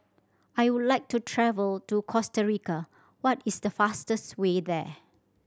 I would like to travel to Costa Rica what is the fastest way there